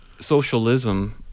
socialism